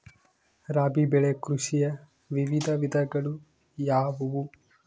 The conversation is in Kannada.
ರಾಬಿ ಬೆಳೆ ಕೃಷಿಯ ವಿವಿಧ ವಿಧಗಳು ಯಾವುವು?